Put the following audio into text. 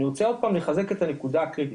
אני רוצה עוד פעם לחזק את הנקודה הקריטית,